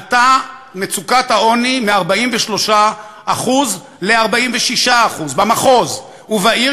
עלתה מצוקת העוני מ-43% ל-46% במחוז, ובעיר